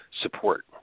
support